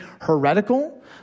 heretical